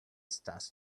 starts